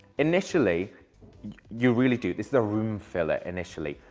initially you really do. this is a room filler initially.